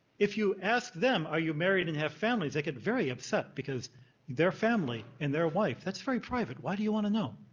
if you ask them, are you married and have families, they get very upset because their family and their wife, that's very private, why do you want to know?